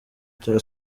cya